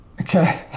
Okay